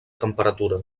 temperatura